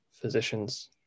physicians